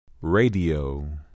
Radio